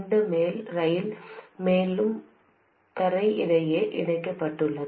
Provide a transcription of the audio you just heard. இந்த மேல் ரயில் மற்றும் தரை இடையே இணைக்கப்பட்டுள்ளது